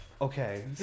Okay